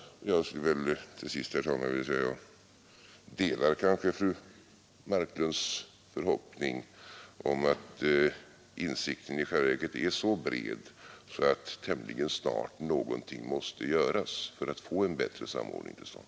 Jag vill till sist säga, herr talman, att jag delar fru Marklunds förhoppning om att insikten i själva verket är så bred, att någonting tämligen snart kommer att göras för att få en bättre samordning till stånd.